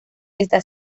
está